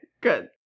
good